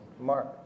Mark